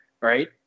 right